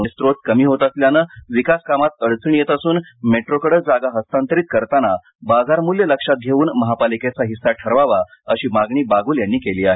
महापालिकेच्या उत्पन्नाचे स्त्रोत कमी होत असल्याने विकास कामात अडचणी येत असून मेट्रोकडे जागा हस्तांतरित करताना बाजार मूल्य लक्षात घेऊन महापालिकेचा हिस्सा ठरवावा अशी मागणी बागूल यांनी केली आहे